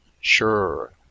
Sure